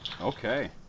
Okay